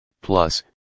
plus